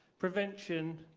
prevention,